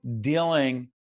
dealing